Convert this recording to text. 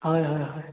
হয় হয় হয়